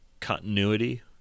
continuity